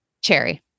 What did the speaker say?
cherry